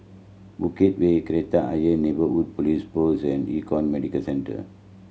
Bukit Way Kreta Ayer Neighbourhood Police Post and Econ Medicare Centre